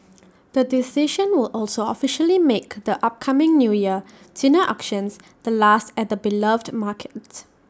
the decision will also officially make the upcoming New Year tuna auctions the last at the beloved markets